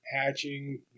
hatching